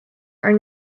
are